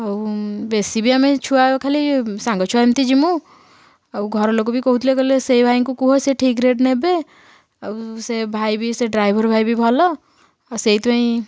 ଆଉ ବେଶୀ ବି ଆମେ ଛୁଆ ଖାଲି ସାଙ୍ଗ ଛୁଆ ଏମିତି ଜିମୁ ଆଉ ଘର ଲୋକ ବି କହୁଥିଲେ କହିଲେ ସେ ଭାଇଙ୍କୁ କୁହ ସେ ଠିକ୍ ରେଟ ନେବେ ଆଉ ସେ ଭାଇ ବି ସେ ଡ୍ରାଇଭର ଭାଇ ବି ଭଲ ଅ ସେଇଥିପାଇଁ